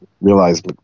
realized